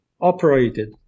operated